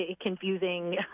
confusing